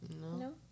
No